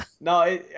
no